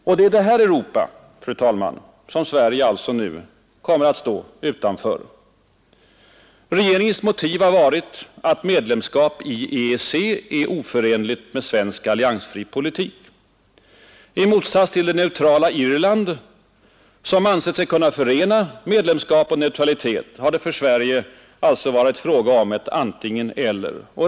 Och det är detta Europa, fru talman, som Sverige alltså nu kommer att stå utanför. Regeringens motiv har varit, att medlemskap i EEC är oförenligt med svensk alliansfri politik. I motsats till det neutrala Irland, som ansett sig kunna förena medlemskap och neutralitet, har det för Sverige alltså varit fråga om ett antingen-eller.